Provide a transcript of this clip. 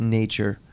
nature